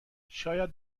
شاید